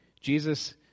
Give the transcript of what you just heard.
Jesus